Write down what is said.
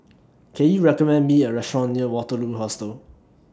Can YOU recommend Me A Restaurant near Waterloo Hostel